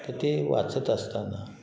ते वाचत असताना